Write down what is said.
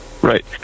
Right